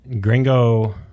Gringo